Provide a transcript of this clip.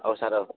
औ सार औ